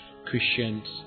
Christians